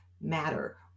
matter